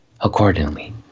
accordingly